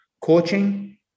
Coaching